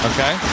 Okay